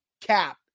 cap